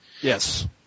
yes